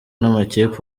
n’amakipe